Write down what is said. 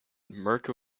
mirco